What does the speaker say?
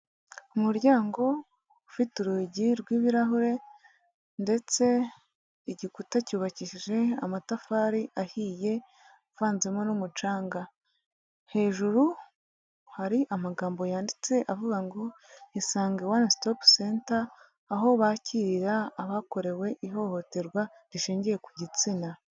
Umuryango ufite urugi rw'ibirahure ndetse igikuta cyubakishije amatafari ahiye avanzemo n'umucanga hejuru hari amagambo yanditse avuga ngo '' isange one stop center '' aho bakirira abakorewe ihohoterwa rishingiye ku gitsina.